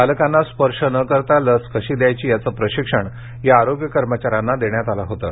बालकांना स्पर्श न करता लस कशी द्यायची याचं प्रशिक्षण या आरोग्य कर्मचाऱ्यांना देण्यात आलं होतं